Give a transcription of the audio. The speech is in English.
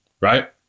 right